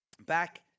back